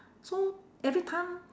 so every time